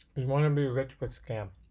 wanna be rich with scam.